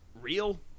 real